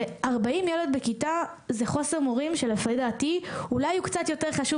40 ילד בכיתה זה חוסר מורים שלפי דעתי אולי הוא קצת יותר חשוב